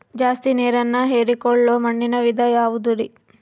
ಜಾಸ್ತಿ ನೇರನ್ನ ಹೇರಿಕೊಳ್ಳೊ ಮಣ್ಣಿನ ವಿಧ ಯಾವುದುರಿ?